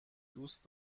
دوست